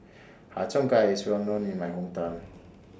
Har Cheong Gai IS Well known in My Hometown